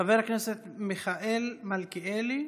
חבר הכנסת מיכאל מלכיאלי,